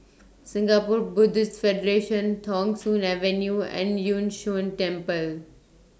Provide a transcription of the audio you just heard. Singapore Buddhist Federation Thong Soon Avenue and Yun Shan Temple